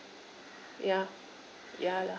ya ya lah